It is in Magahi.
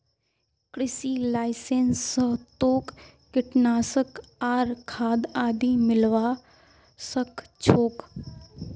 कृषि लाइसेंस स तोक कीटनाशक आर खाद आदि मिलवा सख छोक